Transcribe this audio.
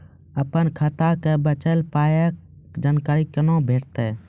अपन खाताक बचल पायक जानकारी कूना भेटतै?